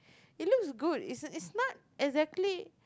it looks good it's it's not exactly